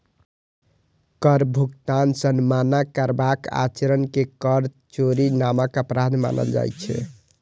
कर भुगतान सं मना करबाक आचरण कें कर चोरी नामक अपराध मानल जाइ छै